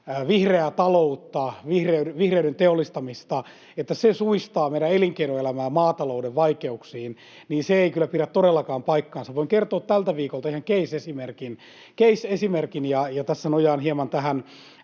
vihreää taloutta, vihreyden teollistamista, niin se suistaa meidän elinkeinoelämää maatalouden vaikeuksiin, eivät kyllä pidä todellakaan paikkaansa. Voin kertoa tältä viikolta ihan case-esimerkin, ja tässä nojaan hieman tähän